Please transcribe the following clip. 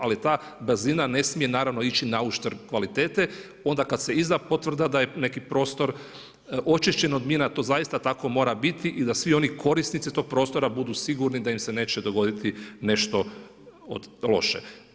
Ali ta brzina ne smije naravno ići na uštrb kvalitete onda kada se izda potvrda da je neki prostor očišćen od mina, to zaista tako mora biti i da svi oni korisnici tog prostora budu sigurni da im se neće dogoditi nešto loše.